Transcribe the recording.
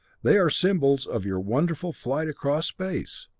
they are symbols of your wonderful flight across space!